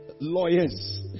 lawyers